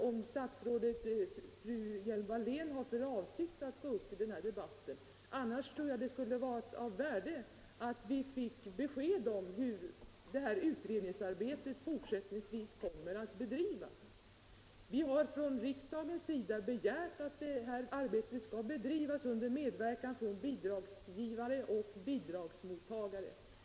Om fru statsrådet Hjelm-Wallén har för avsikt att delta i debatten skulle det vara av stort värde att få ett besked om hur utredningsarbetet fortsättningsvis kommer att bedrivas. Riksdagen har begärt att arbetet skall bedrivas under medverkan av bidragsgivare och bidragsmottagare.